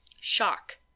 Shock